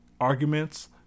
arguments